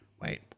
Wait